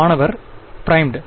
மாணவர் பிரைமுடு